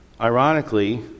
Ironically